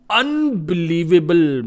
unbelievable